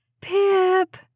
Pip